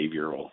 behavioral